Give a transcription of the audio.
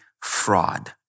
fraud